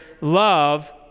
love